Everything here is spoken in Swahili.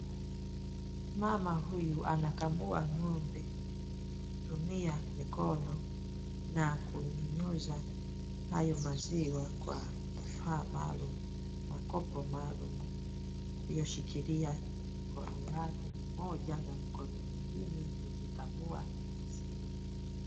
Mama huyu anakamua ng'ombe kutumia mikono na kuinyunyuza hayo maziwa kwa makopa maalum aliyoshikilia na mikono yake mmoja na mkono ingine ikikamua maziwa.